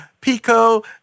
pico